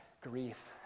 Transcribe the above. grief